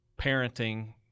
parenting